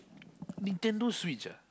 Nintendo Switch ah